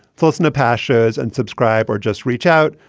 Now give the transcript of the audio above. listen. a pashas and subscribe or just reach out,